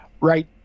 Right